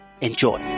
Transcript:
Enjoy